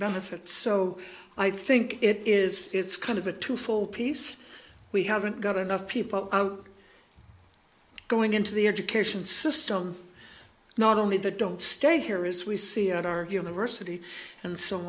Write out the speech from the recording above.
benefits so i think it is it's kind of a two fold piece we haven't got enough people going into the education system not only the don't stay here is we see at our university and so